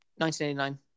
1989